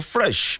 Fresh